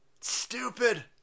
stupid